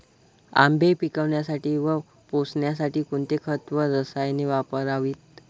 आंबे पिकवण्यासाठी व पोसण्यासाठी कोणते खत व रसायने वापरावीत?